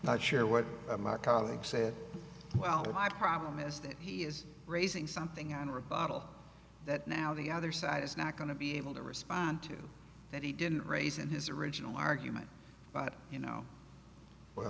not sure what my colleague said well my problem is that he is raising something on rebuttal that now the other side is not going to be able to respond to that he didn't raise in his original argument but you know what a